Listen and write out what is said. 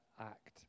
act